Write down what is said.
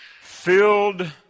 Filled